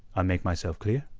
i make myself clear,